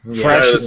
Fresh